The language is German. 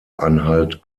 anhalt